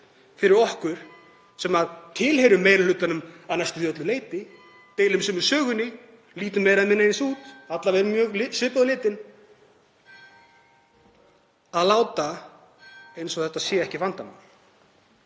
fyrir okkur sem tilheyrum meiri hlutanum að næstum því öllu leyti, deilum sömu sögunni, lítum meira eða minna eins út, erum alla vega mjög svipuð á litinn, að láta eins og þetta sé ekki vandamál